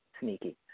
sneaky